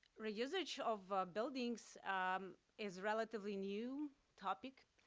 reusage of buildings is relatively new topic,